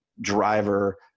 driver